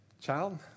Child